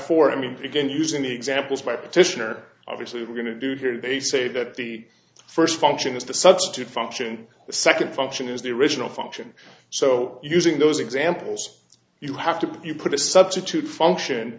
four i mean begin using examples by petitioner obviously we're going to do here they say that the first function is to substitute function the second function is the original function so using those examples you have to put a substitute function